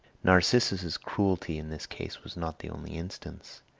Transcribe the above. narcissus's cruelty in this case was not the only instance.